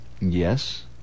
Yes